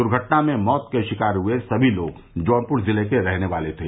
दुर्घटना में मौत के शिकार हुये समी लोग जौनपुर जिले के रहने वाले थे